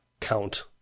count